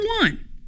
one